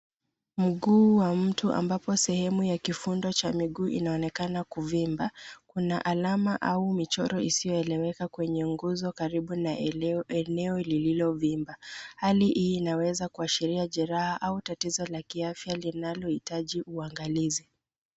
Mguu wa mtu ambapo sehemu ya kifundo cha miguu inaonekana kuvimba una alama au michoro isiyoeleweka kwenye nguzo karibu na eneo lililovimba. Hali hii inaweza kuashiria jeraha au tatizo la kiafya linalohitaji uangalizi.